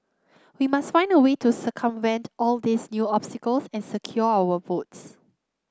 we must find a way to circumvent all these new obstacles and secure our votes